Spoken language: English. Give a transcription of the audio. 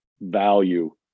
value